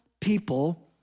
people